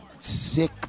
sick